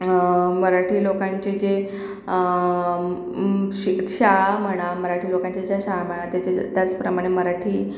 मराठी लोकांचे जे शिक्षा म्हणा मराठी लोकांच्या ज्या शाळा म्हणा त्याच्या ज्या त्याचप्रमाणे मराठी